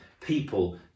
people